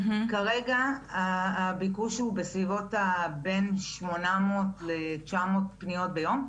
כרגע הביקוש הוא בסביבות בין שמונה מאות לתשע מאות פניות ביום.